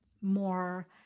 more